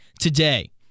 today